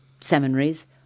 seminaries